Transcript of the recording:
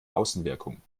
außenwirkung